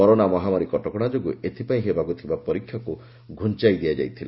corona ମହାମାରୀ କଟକଶା ଯୋଗୁଁ ଏଥିପାଇଁ ହେବାକୁ ଥିବା ପରୀକ୍ଷାକ୍ ଘୁଆଇ ଦିଆଯାଇଥିଲା